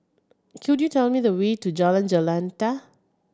could you tell me the way to Jalan Jendela